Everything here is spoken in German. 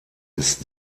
ist